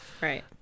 right